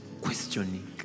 questioning